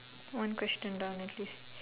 one question down with this